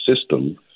system